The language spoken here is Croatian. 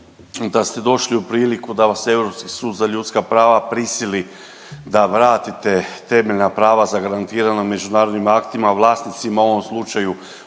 da ste došli u priliku da vas Europski sud za ljudska prava prisili da vratite temeljna prava zagarantirana međunarodnim aktima. Vlasnicima u ovom slučaju